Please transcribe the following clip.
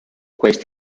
questi